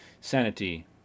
sanity